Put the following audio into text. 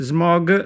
Smog